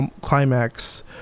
climax